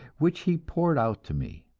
which he poured out to me.